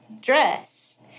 dress